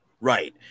Right